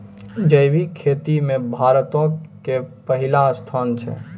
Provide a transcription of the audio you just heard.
जैविक खेती मे भारतो के पहिला स्थान छै